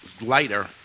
lighter